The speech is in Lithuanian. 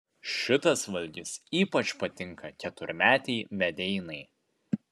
šitas valgis ypač patinka keturmetei medeinai